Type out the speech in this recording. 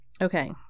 Okay